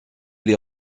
les